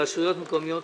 רשויות מקומיות.